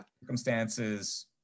circumstances